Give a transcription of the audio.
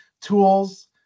tools